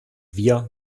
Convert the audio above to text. wir